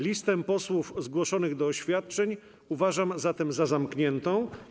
Listę posłów zgłoszonych do oświadczeń uważam zatem za zamkniętą.